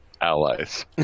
allies